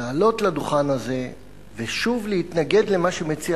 לעלות לדוכן הזה ושוב להתנגד למה שמציע